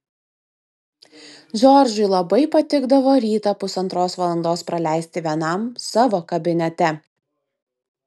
džordžui labai patikdavo rytą pusantros valandos praleisti vienam savo kabinete